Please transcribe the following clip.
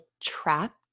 trapped